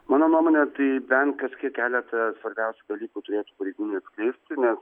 mano nuomone tai bent kažkiek keletą svarbiausių dalykų turėtų pareigūnai atskleisti nes